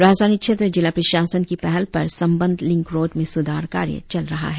राजधानी क्षेत्र जिला प्रशासन की पहल पर संबंद्व लिंक रोड में सुधार कार्य चल रहा है